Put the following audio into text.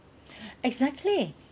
exactly